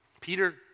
Peter